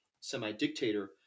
semi-dictator